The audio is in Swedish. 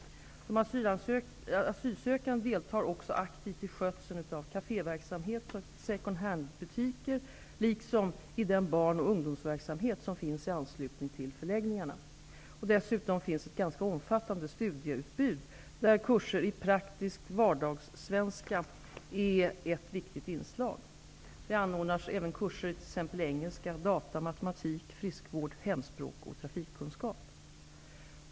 De asylsökande deltar också aktivt i skötseln av kaféverksamhet, second hand-butiker liksom i den barn och ungdomsverksamhet som finns i anslutning till förläggningarna. Dessutom finns ett ganska omfattande studieutbud där kurser i praktisk vardagssvenska är ett viktigt inslag. Det anordnas även kurser i t.ex. engelska, data, matematik, friskvård, hemspråk och trafikkunskap.